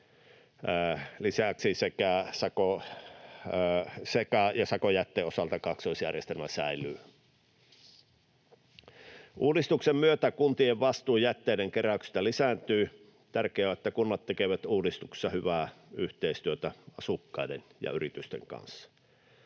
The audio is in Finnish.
Lisäksi seka- ja sakojätteen osalta kaksoisjärjestelmä säilyy. Uudistuksen myötä kuntien vastuu jätteiden keräyksestä lisääntyy. Tärkeää on, että kunnat tekevät uudistuksessa hyvää yhteistyötä asukkaiden ja yritysten kanssa.